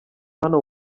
hano